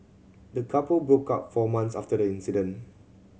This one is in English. the couple broke up four months after the incident